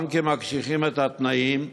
הבנקים מקשיחים את התנאים.